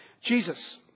Jesus